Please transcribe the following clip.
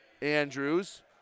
Andrews